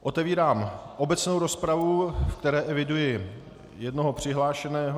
Otevírám obecnou rozpravu, v které eviduji jednoho přihlášeného.